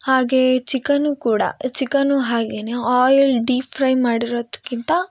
ಹಾಗೇ ಚಿಕನು ಕೂಡ ಚಿಕನು ಹಾಗೆನೆ ಆಯಿಲ್ ಡಿ ಫ್ರೈ ಮಾಡಿರೋದ್ಕಿಂತ